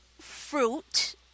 fruit